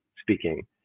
speaking